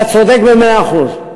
אתה צודק במאה אחוז,